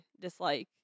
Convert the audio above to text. dislike